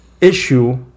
issue